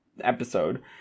episode